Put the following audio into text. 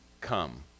Come